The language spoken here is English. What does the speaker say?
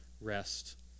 rest